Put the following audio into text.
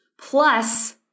plus